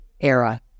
era